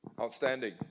Outstanding